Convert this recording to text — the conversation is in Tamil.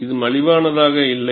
இது மலிவானதாக இல்லை